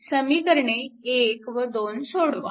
आणि समीकरणे 1 व 2 सोडवा